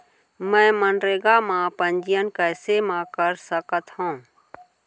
मैं मनरेगा म पंजीयन कैसे म कर सकत हो?